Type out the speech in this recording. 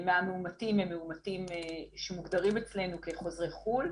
מהמאומתים הם מאומתים שמוגדרים אצלנו כחוזרי חו"ל.